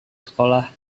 sekolah